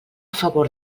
favor